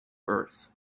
earth